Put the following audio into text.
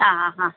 ആ ആ ആ